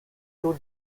two